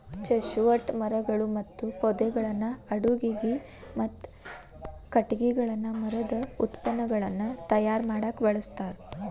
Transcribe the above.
chestnut ಮರಗಳು ಮತ್ತು ಪೊದೆಗಳನ್ನ ಅಡುಗಿಗೆ, ಮತ್ತ ಕಟಗಿಗಳನ್ನ ಮರದ ಉತ್ಪನ್ನಗಳನ್ನ ತಯಾರ್ ಮಾಡಾಕ ಬಳಸ್ತಾರ